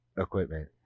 equipment